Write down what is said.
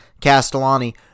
Castellani